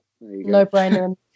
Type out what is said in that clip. No-brainer